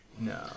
No